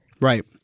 Right